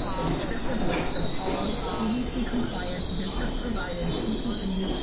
a descriptive list of all cdc compliant, district provided ppe,